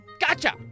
Gotcha